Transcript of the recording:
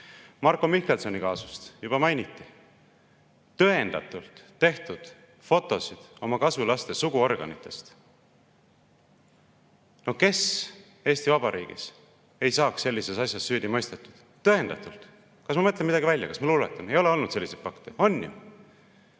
Marko Mihkelsoni kaasust juba mainiti. Tõendatult tehtud fotosid oma kasulaste suguorganitest. No kes Eesti Vabariigis ei saaks sellises asjas süüdi mõistetud? Tõendatult! Kas ma mõtlen midagi välja? Kas ma luuletan? Ei ole olnud selliseid fakte? On ju!